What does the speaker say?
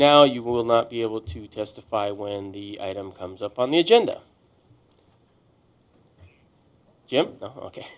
now you will not be able to testify when the item comes up on the agenda jim